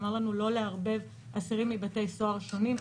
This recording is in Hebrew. שאמר לנו לא לערבב אסירים מבתי סוהר שונים.